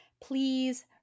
Please